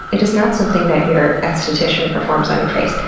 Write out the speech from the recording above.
it is not something that your esthetician performs on your face.